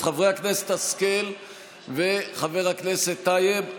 אז חברת הכנסת השכל וחבר הכנסת טייב,